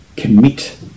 commit